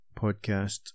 podcast